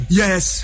yes